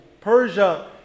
Persia